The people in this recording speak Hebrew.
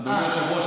אדוני היושב-ראש,